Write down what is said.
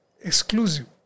exclusive